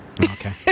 Okay